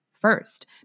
first